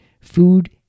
food